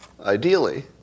Ideally